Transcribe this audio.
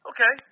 Okay